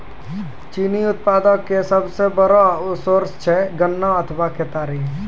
चीनी उत्पादन के सबसो बड़ो सोर्स छै गन्ना अथवा केतारी